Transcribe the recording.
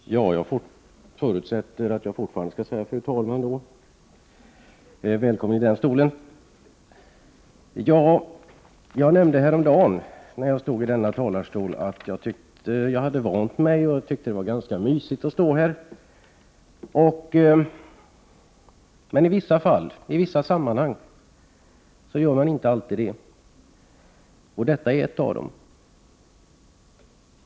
Fru talman! Jag förutsätter att jag även i den nu uppkomna situationen skall börja mitt anförande så. Välkommen i den här stolen! När jag häromdagen stod i denna talarstol sade jag att jag tyckte att jag hade vant mig och att det var ganska mysigt att stå här. Men i vissa sammanhang är det inte så. Detta är ett sådant tillfälle.